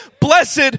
blessed